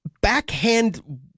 backhand